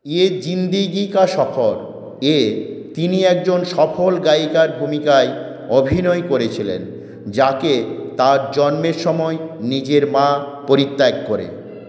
ইয়ে জিন্দেগি কা সফর এ তিনি একজন সফল গায়িকার ভূমিকায় অভিনয় করেছিলেন যাকে তার জন্মের সময় নিজের মা পরিত্যাগ করে